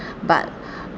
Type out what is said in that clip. but